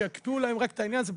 שיקפיאו להם את העניין הזה,